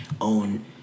own